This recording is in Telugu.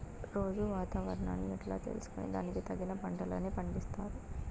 రోజూ వాతావరణాన్ని ఎట్లా తెలుసుకొని దానికి తగిన పంటలని పండిస్తారు?